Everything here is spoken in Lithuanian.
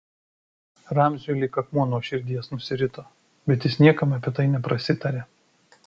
ramziui lyg akmuo nuo širdies nusirito bet jis niekam apie tai neprasitarė